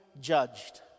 judged